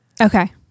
Okay